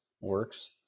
works